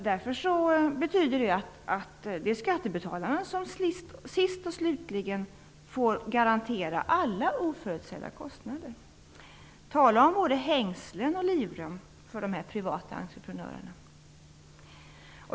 Det betyder att det är skattebetalarna som sist och slutligen får garantera alla oförutsedda kostnader. Tala om både hängslen och livrem för de privata entreprenörerna!